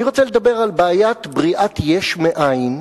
אני רוצה לדבר על בעיית בריאת יש מאין,